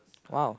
!wow!